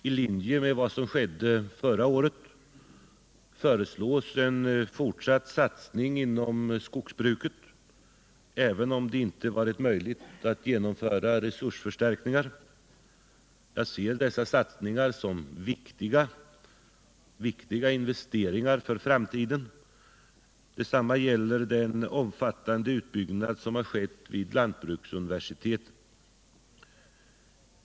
I linje med vad som skedde förra året föreslås en fortsatt satsning inom skogsbruket, även om det inte varit möjligt att genomföra resursförstärkningar. Jag ser dessa satsningar som viktiga investeringar för framtiden. Detsamma gäller den omfattande utbyggnad som skett vid lantbruksuniversitetet.